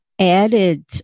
Added